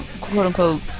quote-unquote